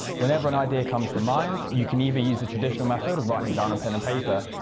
whenever an idea comes to mind, you can either use the traditional method of writing it down on pen and paper,